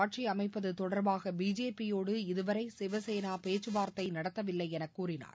ஆட்சி அமைப்பது தொடர்பாக பிஜேபியோடு இதுவளர் சிவசேனா பேச்சுவார்த்தை நடத்தவில்லை என கூறினார்